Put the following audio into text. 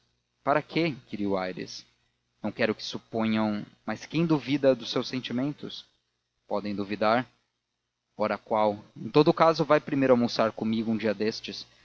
para quê inquiriu aires não quero que suponham mas quem duvida dos seus sentimentos podem duvidar ora qual em todo caso vá primeiro almoçar comigo um dia destes